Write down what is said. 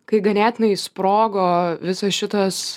kai ganėtinai sprogo visas šitas